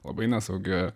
labai nesaugi